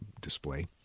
display